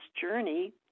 journey